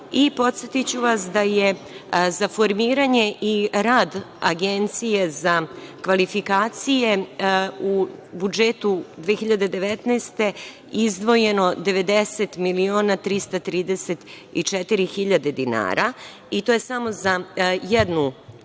i podsetiću vas da je za formiranje i rad Agencije za kvalifikacije u budžetu 2019. godine, izdvojeno 90.334.000,00 dinara i to je samo za jednu